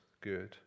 good